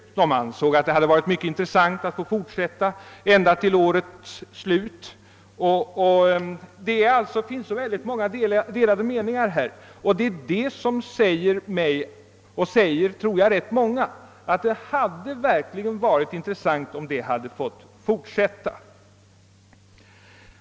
Man ansåg också på detta håll att det hade varit mycket intressant att få fortsätta detta ända till dess slut. Det finns alltså många delade meningar i denna fråga. Detta gör att jag och jag tror ganska många med mig anser att det hade varit verkligt intressant om försöket hade fått fortsätta.